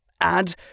Add